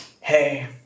hey